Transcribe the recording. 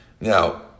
Now